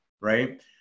right